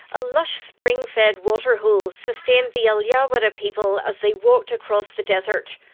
a lush spring-fed waterhole sustained the alyawarra people as they walked across the desert.